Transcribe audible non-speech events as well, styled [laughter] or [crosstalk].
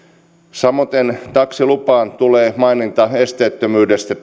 samaten taksilupaan tulee maininta esteettömyydestä [unintelligible]